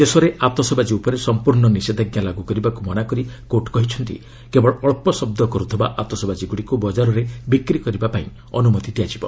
ଦେଶରେ ଆତସବାଜି ଉପରେ ସମ୍ପର୍ଶ୍ଣ ନିଷେଧାଜ୍ଞା ଲାଗୁ କରିବାକୁ ମନାକରି କୋର୍ଟ କହିଛନ୍ତି କେବଳ ଅଞ୍ଚ ଶବ୍ଦ କରୁଥିବା ଆତସବାଜିଗୁଡ଼ିକୁ ବଜାରରେ ବିକ୍ରି କରିବା ପାଇଁ ଅନୁମତି ଦିଆଯିବ